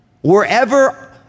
Wherever